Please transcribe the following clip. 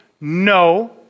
no